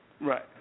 Right